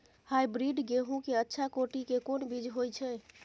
Hybrid गेहूं के अच्छा कोटि के कोन बीज होय छै?